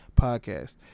podcast